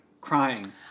crying